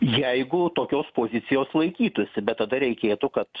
jeigu tokios pozicijos laikytųsi bet tada reikėtų kad